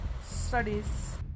studies